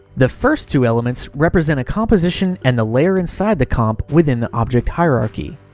the first two elements represent a composition and the layer inside the comp within the object hierarchy.